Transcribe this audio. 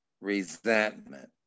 resentment